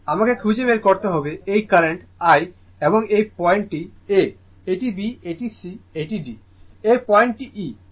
আমাকে খুঁজে বের করতে হবে এই কারেন্ট I এবং এই পয়েন্ট টি a এটি b এটি c এটি d এই পয়েন্টটি e এটি f এবং এই পয়েন্টটি g